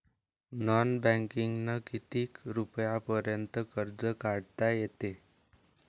Non बँकिंगनं किती रुपयापर्यंत कर्ज काढता येते?